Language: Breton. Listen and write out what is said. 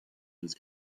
deus